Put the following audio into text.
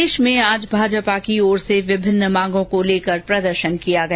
प्रदेश में आज भाजपा की ओर से विभिन्न मांगों को लेकर प्रदर्शन किया गया